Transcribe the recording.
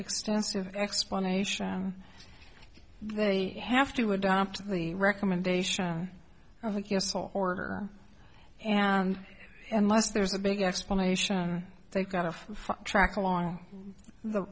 extensive explanation they have to adopt the recommendation of a q s l order and unless there's a big explanation they've got a track along the